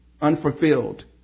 unfulfilled